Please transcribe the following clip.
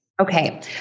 Okay